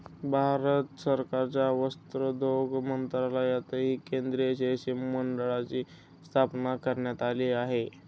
भारत सरकारच्या वस्त्रोद्योग मंत्रालयांतर्गत केंद्रीय रेशीम मंडळाची स्थापना करण्यात आली आहे